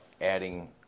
adding